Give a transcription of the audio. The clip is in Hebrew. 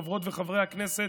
חברות וחברי הכנסת,